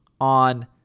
on